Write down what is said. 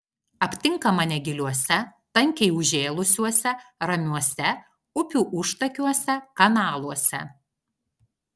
aptinkama negiliuose tankiai užžėlusiuose ramiuose upių užtakiuose kanaluose